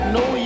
no